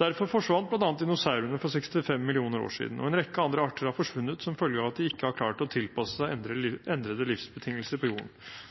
Derfor forsvant bl.a. dinosaurene for 65 millioner år siden, og en rekke andre arter har forsvunnet som følge av at de ikke har klart å tilpasse seg endrede livsbetingelser på jorden.